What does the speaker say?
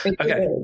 okay